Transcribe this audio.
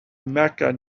mecca